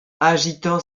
agitant